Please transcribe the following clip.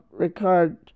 Ricard